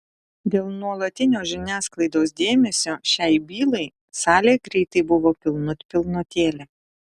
dėl nuolatinio žiniasklaidos dėmesio šiai bylai salė greitai buvo pilnut pilnutėlė